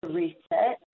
reset